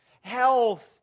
health